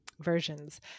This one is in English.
versions